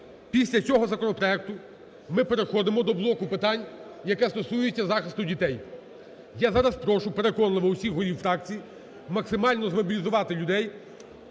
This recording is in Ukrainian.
після цього законопроекту ми переходимо до блоку питань, який стосується захисту дітей. Я зараз прошу переконливо усіх голів фракцій максимально змобілізувати людей,